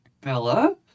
Bella